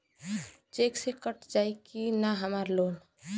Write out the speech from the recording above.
Check से कट जाई की ना हमार लोन?